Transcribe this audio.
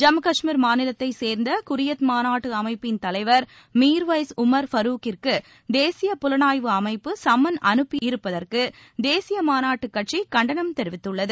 ஜம்மு கஷ்மீர் மாநிலத்தைச் சேர்ந்த குரியத் மாநாட்டு அமைப்பின் தலைவர் மீர்வைல் உமர் ஃபருக்கிற்கு தேசிய புலனாய்வு அமைப்பு சம்மன் அனுப்பியிருப்பதற்கு தேசிய மாநாட்டுக் கட்சி கண்டனம் தெரிவித்துள்ளது